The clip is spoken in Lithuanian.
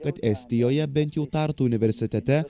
kad estijoje bent jau tartu universitete